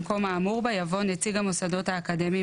במקום האמור בה יבוא "נציג המוסדות האקדמיים,